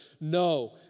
No